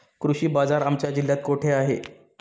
कृषी बाजार आमच्या जिल्ह्यात कुठे आहे?